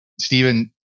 Stephen